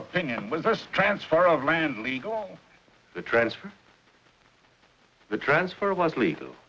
opinion when first transfer of land legal the transfer the transfer was legal